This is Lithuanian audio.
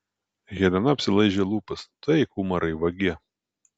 helena apsilaižė lūpas tu eik umarai vagie